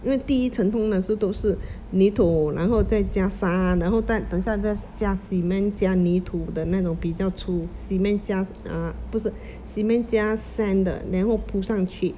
因为第一层通常是都是泥土然后再加沙然后再等下再加 cement 加泥土的那种比较粗 cement 加 uh 不是 cement 加 sand 的然后铺上去